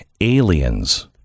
Aliens